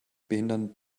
behindern